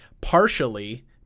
Partially